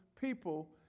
people